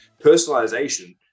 personalization